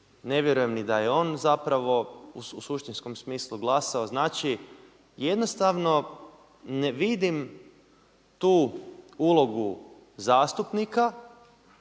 ne vjerujem ni da je on zapravo u suštinskom smislu glasao, znači jednostavno ne vidim tu ulogu zastupnika